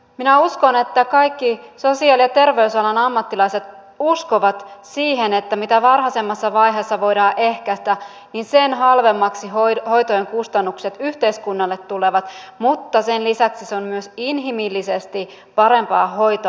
minä uskon että kaikki sosiaali ja terveysalan ammattilaiset uskovat siihen että mitä varhaisemmassa vaiheessa voidaan ehkäistä sen halvemmaksi hoitojen kustannukset yhteiskunnalle tulevat mutta sen lisäksi se on myös inhimillisesti parempaa hoitoa